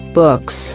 books